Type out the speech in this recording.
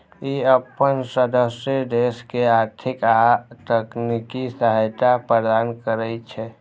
ई अपन सदस्य देश के आर्थिक आ तकनीकी सहायता प्रदान करै छै